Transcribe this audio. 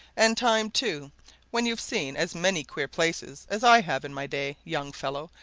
and time, too when you've seen as many queer places as i have in my day, young fellow,